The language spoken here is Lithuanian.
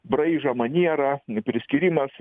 braižą manierą priskyrimas